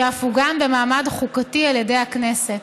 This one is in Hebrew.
שאף עוגן במעמד חוקתי על ידי הכנסת.